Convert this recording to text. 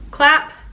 Clap